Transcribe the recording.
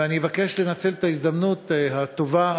ואני אבקש לנצל את ההזדמנות הטובה,